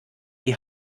die